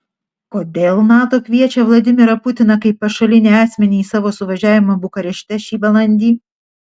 kodėl nato kviečia vladimirą putiną kaip pašalinį asmenį į savo suvažiavimą bukarešte šį balandį